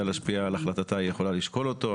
להשפיע על החלטתה היא יכולה לשקול אותו,